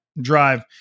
drive